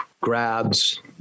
grabs